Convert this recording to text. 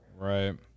Right